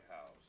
House